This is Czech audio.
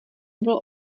bylo